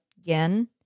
again